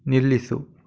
ನಿಲ್ಲಿಸು